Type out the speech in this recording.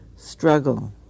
struggle